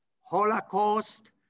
Holocaust